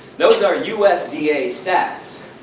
those are usda stats.